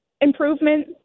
improvement